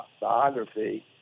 biography